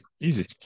Easy